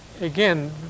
again